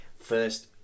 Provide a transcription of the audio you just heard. First